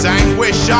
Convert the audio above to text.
anguish